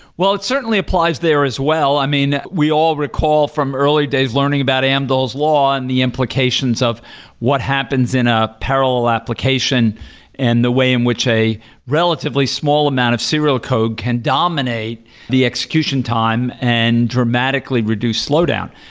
well, it certainly applies there as well. i mean, we all recall from early days learning about amdahl's law and the implications of what happens in a parallel application and the way in which a relatively small amount of serial code can dominate the execution time and dramatically reduce slowdown.